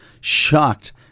shocked